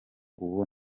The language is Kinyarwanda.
ubu